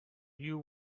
you